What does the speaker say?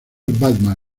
batman